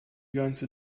ganze